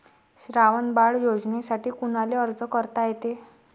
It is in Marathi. श्रावण बाळ योजनेसाठी कुनाले अर्ज करता येते?